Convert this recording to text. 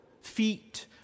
feet